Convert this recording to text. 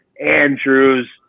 Andrews